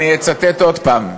אני אצטט עוד הפעם: